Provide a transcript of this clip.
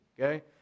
okay